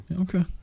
okay